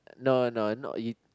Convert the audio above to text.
no no no you